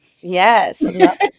Yes